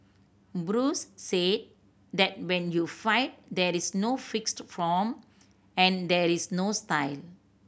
Bruce said that when you fight there is no fixed form and there is no style